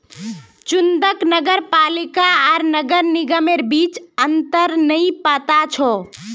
चंदूक नगर पालिका आर नगर निगमेर बीच अंतर नइ पता छ